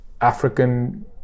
African